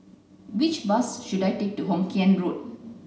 which bus should I take to Hokien Road